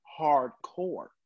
hardcore